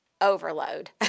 overload